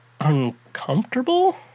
uncomfortable